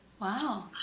Wow